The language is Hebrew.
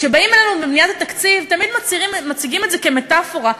כשבאים אלינו בבניית התקציב תמיד מציגים את זה כמטפורה,